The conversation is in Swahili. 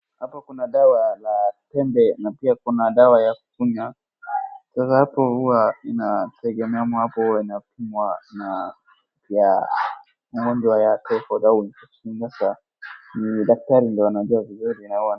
Hapa kuna dawa la tembe na pia kuna dawa ya kukunywa. Sasa hapo huwa ina tegemea ama inakunywa na mgonjwa ya typhoid au nyanyasa ni daktari ndiye anajua vizuri.